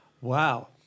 Wow